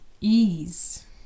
ease